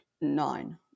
nine